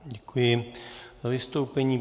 Děkuji za vystoupení.